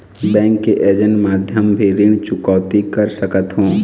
Bank के agent माध्यम भी ऋण चुकौती कर सकथों?